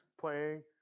playing